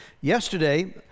Yesterday